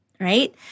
Right